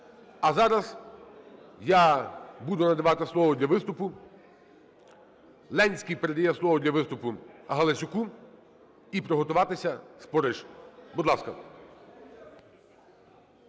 А зараз я буду надавати слово для виступу. Ленський передає слово для виступу Галасюку. І приготуватися – Спориш. Будь ласка.